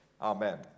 Amen